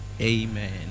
Amen